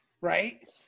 Right